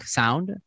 sound